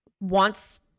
wants